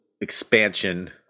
expansion